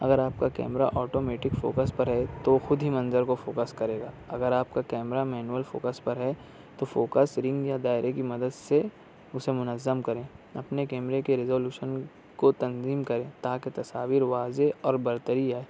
اگر آپ کا کیمرہ آٹومیٹک فوکس پر ہے تو خود ہی منظر کو فوکس کرے گا اگر آپ کا کیمرہ مینول فوکس پر ہے تو فوکس رنگ یا دائرے کی مدد سے اسے منظم کریں اپنے کیمرے کی ریزولوشن کو تنظیم کریں تاکہ تصاویر واضح اور برتری آئے